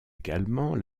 également